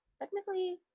Technically